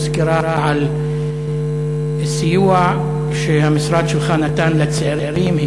סקירה על סיוע שהמשרד שלך נתן לצעירים?